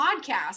podcast